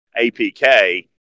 apk